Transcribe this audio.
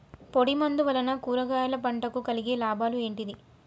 పొడిమందు వలన కూరగాయల పంటకు కలిగే లాభాలు ఏంటిది?